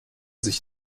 sich